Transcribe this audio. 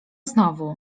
znowu